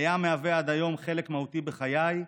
הים מהווה עד היום חלק מהותי בחיי,